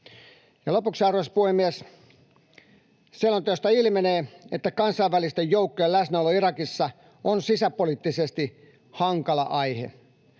lopuksi, arvoisa puhemies, selonteosta ilmenee, että kansainvälisten joukkojen läsnäolo Irakissa on sisäpoliittisesti hankala aihe.